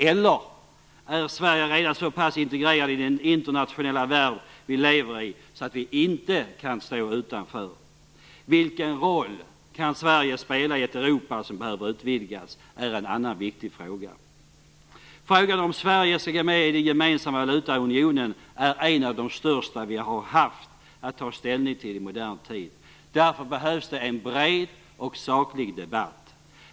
Eller är Sverige redan så pass integrerat i den internationella värld vi lever i att vi inte kan stå utanför? Vilken roll kan Sverige spela i ett Europa som behöver utvidgas? Det är en annan viktig fråga. Frågan om Sverige skall gå med i den gemensamma valutaunionen är en av de största vi har haft att ta ställning till i modern tid. Därför behövs det en bred och saklig debatt.